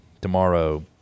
tomorrow